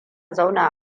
zauna